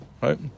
right